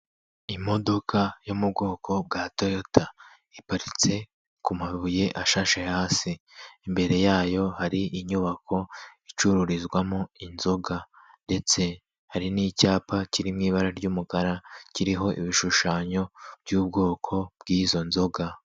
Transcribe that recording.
Imodoka yo mu bwoko bwa Toyota, iparitse ku mabuye ashashe hasi, imbere yayo hari inyubako icururizwamo inzoga ndetse hari n'icyapa kiririmo ibara ry'umukara kiriho ibishushanyo by'ubwoko bw'izo nzoga.